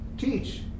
teach